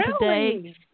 today